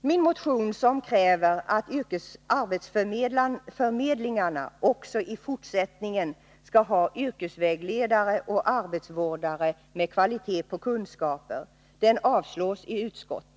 Min motion, i vilken jag kräver att arbetsförmedlingarna också i fortsättningen skall ha yrkesvägledare och arbetsvårdare med kunskaper av kvalitet, avstyrks av utskottet.